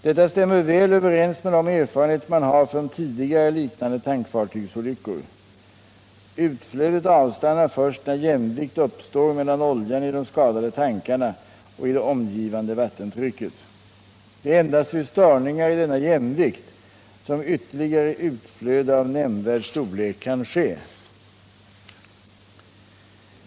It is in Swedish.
Detta stämmer väl med de erfarenheter man har från tidigare liknande tankfartygsolyckor. Utflödet avstannar först när jämvikt uppstår mellan oljan i de skadade tankarna och det omgivande vattentrycket. Det är endast vid störningar i denna jämvikt som ytterligare utflöde av nämnvärd storlek kan ske.